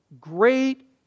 great